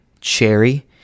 cherry